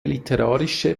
literarische